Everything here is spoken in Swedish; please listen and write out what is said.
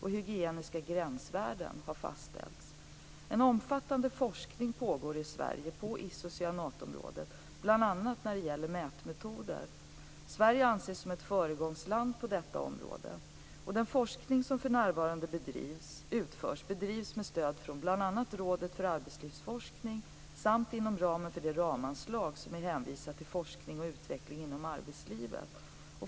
Hygieniska gränsvärden har fastställts. En omfattande forskning pågår i Sverige på isocyanatområdet bl.a. när det gäller mätmetoder. Sverige anses som ett föregångsland på detta område. Den forskning som för närvarande utförs bedrivs med stöd från bl.a. Rådet för arbetslivsforskning samt inom ramen för det ramanslag som är anvisat för forskning och utveckling inom arbetslivet.